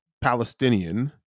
palestinian